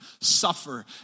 suffer